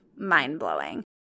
mind-blowing